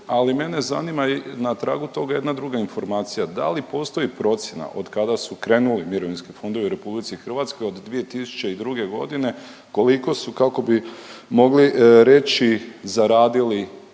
ali mene zanima na tragu toga jedna druga informacija. Da li postoji procjena od kada su krenuli mirovinski fondovi u RH od 2002. godine koliko su kako bi mogli reći zaradili